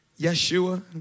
Yeshua